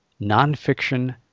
nonfiction